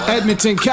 Edmonton